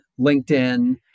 LinkedIn